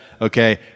okay